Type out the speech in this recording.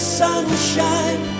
sunshine